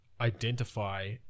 identify